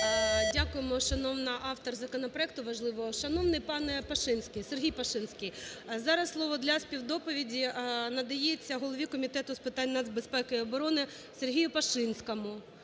Дякуємо, шановна автор законопроекту важливого. Шановний пане Пашинський, Сергій Пашинський, зараз слово для співдоповіді надається голові Комітету з питань нацбезпеки і оборони Сергію Пашинському,